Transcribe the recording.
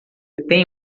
tem